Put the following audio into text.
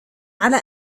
على